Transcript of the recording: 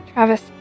Travis